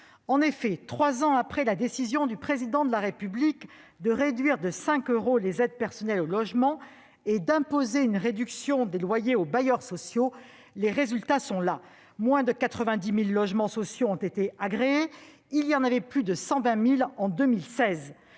à présent ? Trois ans après la décision du Président de la République de réduire de 5 euros les aides personnalisées au logement et d'imposer une réduction des loyers aux bailleurs sociaux, les résultats sont là : moins de 90 000 logements sociaux ont été agréés en 2020, contre plus de 120 000 en 2016.